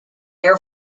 air